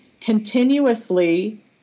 continuously